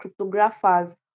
cryptographers